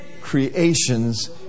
creations